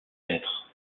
être